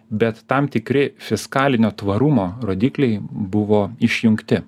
bet tam tikri fiskalinio tvarumo rodikliai buvo išjungti